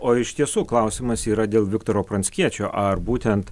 o iš tiesų klausimas yra dėl viktoro pranckiečio ar būtent